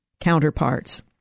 counterparts